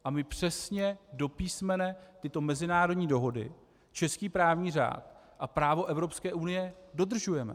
A my přesně do písmene tyto mezinárodní dohody, český právní řád a právo Evropské unie dodržujeme.